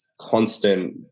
constant